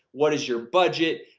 what is your budget?